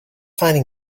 finding